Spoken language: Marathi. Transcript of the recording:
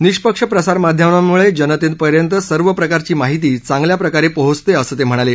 निष्पक्ष प्रसारमाध्यमांमुळे जनतेपर्यंत सर्व प्रकारची माहिती चांगल्या प्रकारे पोहोचते असं ते म्हणाले